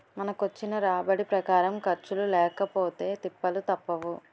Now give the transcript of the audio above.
మనకొచ్చిన రాబడి ప్రకారం ఖర్చులు లేకపొతే తిప్పలు తప్పవు